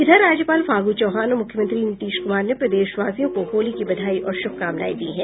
इधर राज्यपाल फागू चौहान और मुख्यमंत्री नीतीश कुमार ने प्रदेशवासियों को होली की बधाई और शुभकामनाएं दी हैं